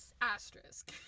Asterisk